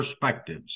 perspectives